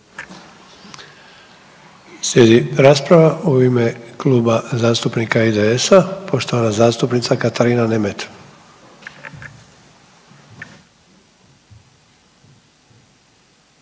Slijedi rasprava u ime Kluba zastupnika IDS-a, poštovana zastupnica Katarina Nemet.